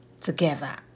together